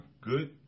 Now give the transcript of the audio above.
good